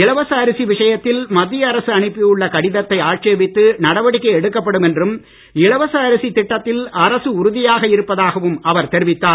இலவச அரிசி விஷயத்தில் மத்திய அரசு அனுப்பியுள்ள கடிதத்தை ஆட்சேபித்து நடவடிக்கை எடுக்கப்படும் என்றும் இலவச அரிசி திட்டத்தில் அரசு உறுதியாள இருப்பதாகவும் அவர் தெரிவித்தார்